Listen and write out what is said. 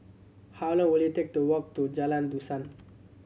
how long will it take to walk to Jalan Dusun